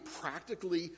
practically